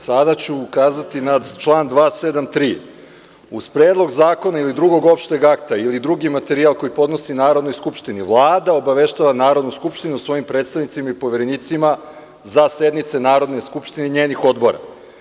Sada ću ukazati na član 273. – uz Predlog zakona ili drugog opšteg akta ili drugi materijal koji podnosi Narodnoj skupštini, Vlada obaveštava Narodnu skupštinu o svojim predstavnicima i poverenicima za sednice Narodne skupštine i njenih odbora.